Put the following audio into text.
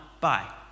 bye